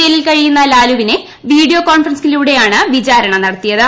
ജയിലിൽ കഴിയുന്ന ലാലുവിനെ റാഞ്ചി വീഡിയോ കോൺഫറൻസിങിലൂടെയാണ് വിചാരണ നടത്തിയത്